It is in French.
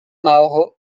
mauro